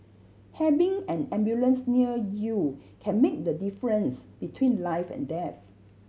having an ambulance near you can make the difference between life and death